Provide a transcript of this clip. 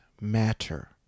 matter